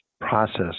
process